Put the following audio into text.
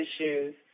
issues